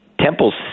Temple's